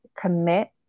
commit